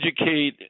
educate